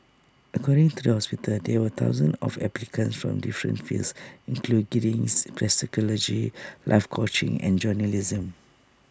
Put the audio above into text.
according to the hospital there were thousands of applicants from different fields include life coaching and journalism